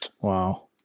Wow